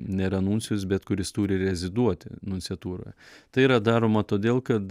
nėra nuncijus bet kuris turi reziduoti nunciatūroje tai yra daroma todėl kad